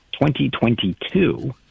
2022